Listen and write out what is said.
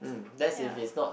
ya